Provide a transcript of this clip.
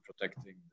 protecting